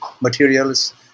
materials